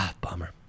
Bummer